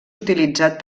utilitzat